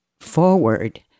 forward